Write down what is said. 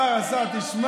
השר, השר, השר.